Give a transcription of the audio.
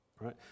right